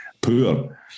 poor